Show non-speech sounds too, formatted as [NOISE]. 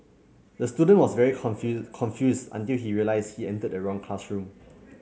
the student was very [UNINTELLIGIBLE] confused until he realised he entered the wrong classroom